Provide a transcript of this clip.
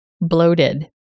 Bloated